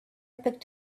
picked